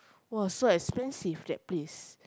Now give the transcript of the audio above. !wah! so expensive that place